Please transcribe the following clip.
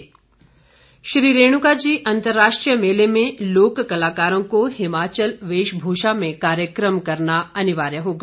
रेणुका मेला श्रीरेणुका जी अंतर्राष्ट्रीय मेले में लोक कलाकारों को हिमाचल वेशभूषा में कार्यक्रम करना अनिवार्य होगा